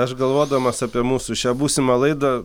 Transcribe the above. aš galvodamas apie mūsų šią būsimą laidą